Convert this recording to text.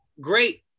Great